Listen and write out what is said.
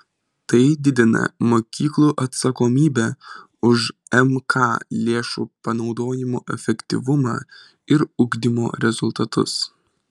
tai didina mokyklų atsakomybę už mk lėšų panaudojimo efektyvumą ir ugdymo rezultatus